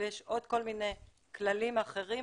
ויש עוד כל מיני כללים אחרים,